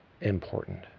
important